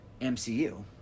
MCU